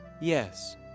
Yes